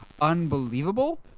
unbelievable